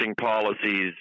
policies